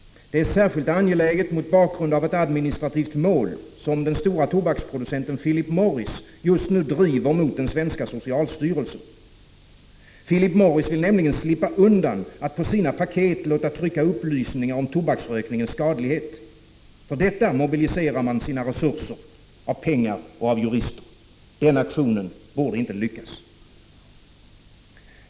Det är särskilt angeläget mot bakgrund av ett administrativt mål som den stora tobaksproducenten Philip Morris just nu driver mot den svenska socialstyrelsen. Philip Morris vill nämligen slippa undan att på sina paket låta trycka upplysningar om tobaksrökningens skadlighet. För detta mobiliserar man sina resurser av pengar och jurister. Denna aktion får inte lyckas!